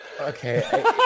okay